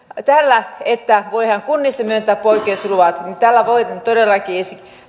tässä että voidaan kunnissa myöntää poikkeusluvat voidaan todellakin